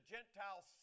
Gentiles